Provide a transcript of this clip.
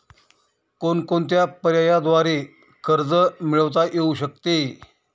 कोणकोणत्या पर्यायांद्वारे कर्ज मिळविता येऊ शकते?